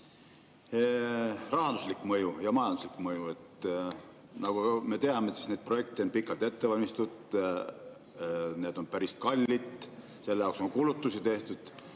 rahanduslik mõju ja majanduslik mõju. Nagu me teame, neid projekte on pikalt ette valmistatud, need on päris kallid, selle jaoks on kulutusi tehtud.